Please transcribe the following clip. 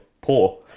poor